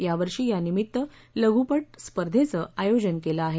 यावर्षी यानिमित्त लघपट स्पर्धेचं आयोजन केलं आहे